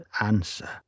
answer